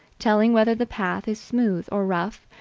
telling whether the path is smooth or rough,